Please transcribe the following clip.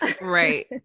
right